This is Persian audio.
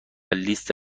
لیست